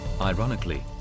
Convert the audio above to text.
Ironically